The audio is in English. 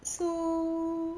so